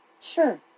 sure